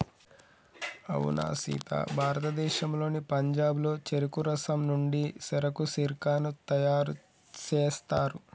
అవునా సీత భారతదేశంలోని పంజాబ్లో చెరుకు రసం నుండి సెరకు సిర్కాను తయారు సేస్తారు